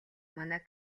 манай